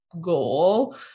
goal